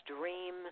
Dream